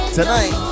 tonight